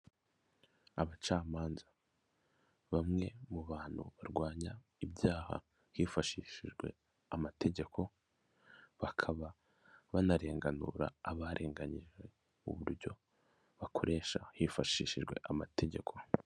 Abacamanza bamwe mu bantu barwanya ibyaha hifashishijwe amategeko bakaba banarenganura abarenganyijwe uburyo bakoresha hifashishijwe amategeko.